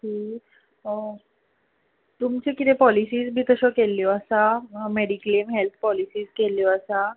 okay तुमचे कितें policies बीन तश्यो केल्यो आसा मॅडिक्लेम हॅल्थ पोलिसीज केल्यो आसा